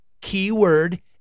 Keyword